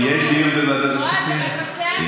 יש דיון בוועדת הכספים?